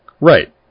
Right